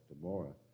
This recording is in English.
Tomorrow